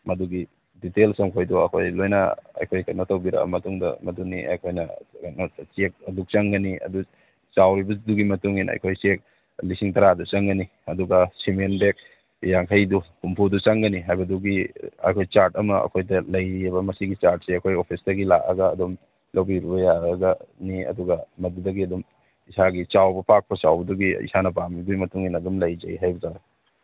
ꯃꯗꯨꯒꯤ ꯗꯤꯇꯦꯜꯁ ꯃꯈꯩꯗꯣ ꯑꯩꯈꯣꯏꯗ ꯂꯣꯏꯅ ꯑꯩꯈꯣꯏ ꯀꯩꯅꯣ ꯇꯧꯕꯤꯔꯛꯑ ꯃꯇꯨꯡꯗ ꯃꯗꯨꯅꯤ ꯑꯩꯈꯣꯏꯅ ꯀꯩꯅꯣ ꯆꯦꯛ ꯑꯗꯨꯛ ꯆꯪꯒꯅꯤ ꯑꯗꯨ ꯆꯥꯎꯔꯤꯕꯗꯨꯒꯤ ꯃꯇꯨꯡꯏꯟꯅ ꯑꯩꯈꯣꯏ ꯆꯦꯛ ꯂꯤꯁꯤꯡ ꯇꯔꯥꯗꯨ ꯆꯪꯒꯅꯤ ꯑꯗꯨꯒ ꯁꯤꯃꯦꯟ ꯕꯦꯛ ꯌꯥꯡꯈꯩꯗꯨ ꯍꯨꯝꯐꯨꯗꯨ ꯆꯪꯒꯅꯤ ꯍꯥꯏꯕꯗꯨꯒꯤ ꯑꯩꯈꯣꯏ ꯆꯥꯔꯠ ꯑꯃ ꯑꯩꯈꯣꯏꯗ ꯂꯩꯔꯤꯑꯕ ꯃꯁꯤꯒꯤ ꯆꯥꯔꯠꯁꯦ ꯑꯩꯈꯣꯏ ꯑꯣꯐꯤꯁꯇꯒꯤ ꯂꯥꯛꯑꯒ ꯑꯗꯨꯝ ꯂꯧꯕꯤꯕ ꯌꯥꯔꯒꯅꯤ ꯑꯗꯨꯒ ꯃꯗꯨꯗꯒꯤ ꯑꯗꯨꯝ ꯏꯁꯥꯒꯤ ꯆꯥꯎꯕ ꯄꯥꯛꯄ ꯆꯥꯎꯕꯗꯨꯒꯤ ꯏꯁꯥ ꯄꯥꯝꯃꯤꯗꯨꯒꯤ ꯃꯇꯨꯡꯏꯟꯅ ꯑꯗꯨꯝ ꯂꯩꯖꯩ ꯍꯥꯏꯕ ꯇꯥꯔꯦ